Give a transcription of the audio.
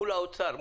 מול האוצר,